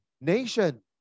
Nation